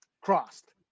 Crossed